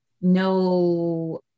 no